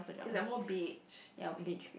it's like more beige than pink